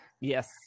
yes